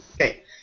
Okay